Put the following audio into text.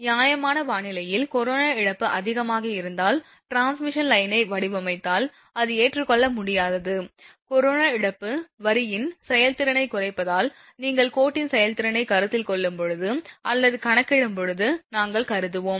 நியாயமான வானிலையில் கொரோனா இழப்பு அதிகமாக இருந்தால் டிரான்ஸ்மிஷன் லைனை வடிவமைத்தால் அது ஏற்றுக்கொள்ள முடியாதது கரோனா இழப்பு வரியின் செயல்திறனைக் குறைப்பதால் நீங்கள் கோட்டின் செயல்திறனைக் கருத்தில் கொள்ளும்போது அல்லது கணக்கிடும் போது நாங்கள் கருதுவோம்